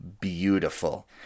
beautiful